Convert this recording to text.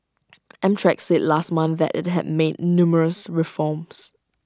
amtrak said last month that IT had made numerous reforms